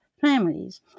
families